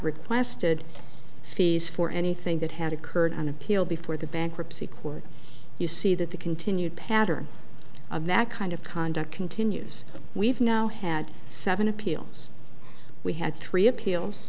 requested fees for anything that had occurred on appeal before the bankruptcy court you see that the continued pattern of that kind of conduct continues we've now had seven appeals we had three appeals